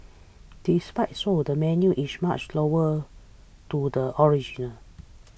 despite so the menu is much loyal to the original